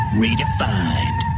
redefined